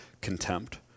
contempt